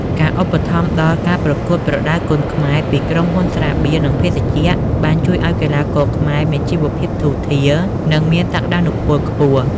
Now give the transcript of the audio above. ការឧបត្ថម្ភដល់ ការប្រកួតប្រដាល់គុនខ្មែរ ពីក្រុមហ៊ុនស្រាបៀរ និងភេសជ្ជៈ បានជួយឱ្យកីឡាករខ្មែរមានជីវភាពធូរធារ និងមានសក្តានុពលខ្ពស់។